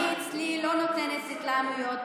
אני לא נותנת להתלהמויות,